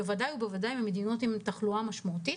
בוודאי ממדינות עם תחלואה משמעותית.